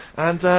and er,